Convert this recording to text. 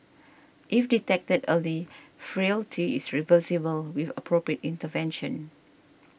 if detected early frailty is reversible with appropriate intervention